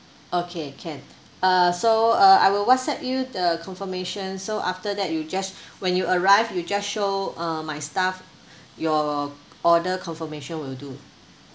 okay can uh so uh I will whatsapp you the confirmation so after that you just when you arrive you just show uh my staff your order confirmation will do